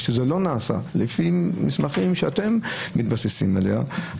כשזה לא נעשה, לפי מסמכים שאתם מתבססים עליהם,